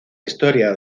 historia